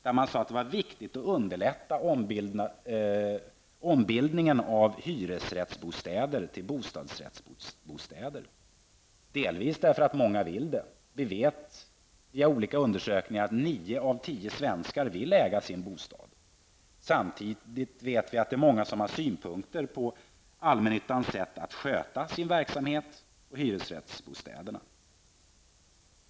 Där hette det att det var viktigt att underlätta ombildningen av hyresrättsbostäder till bostadsrättsbostäder, delvis därför att många vill det. Vi vet via olika undersökningar att nio av tio svenskar vill äga sin bostad. Samtidigt vet vi att många har synpunkter på allmännyttans sätt att sköta sin verksamhet och hyresrättsbostäderna.